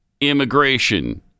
immigration